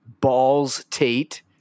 Balls-tate